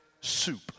soup